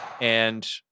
And-